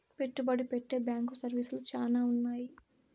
పెట్టుబడి పెట్టే బ్యాంకు సర్వీసులు శ్యానా ఉన్నాయి